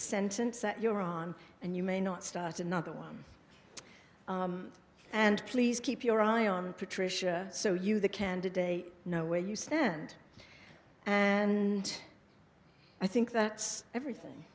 sentence that you're on and you may not start another one and please keep your eye on patricia so you the candidate know where you stand and i think that everything